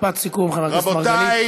משפט סיכום, חבר הכנסת מרגלית.